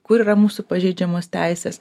kur yra mūsų pažeidžiamos teisės